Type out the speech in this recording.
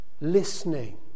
listening